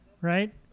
right